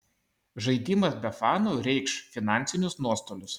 žaidimas be fanų reikš finansinius nuostolius